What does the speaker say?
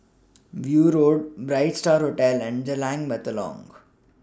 View Road Bright STAR Hotel and Jalan Batalong